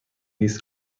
لیست